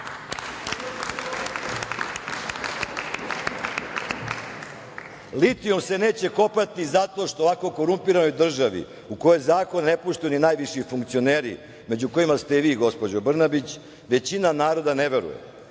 se neće kopati zato što u ovako korumpiranoj državi u kojoj zakon ne poštuju ni najviši funkcioneri, među kojima ste i vi, gospođo Brnabić, većina naroda ne veruje.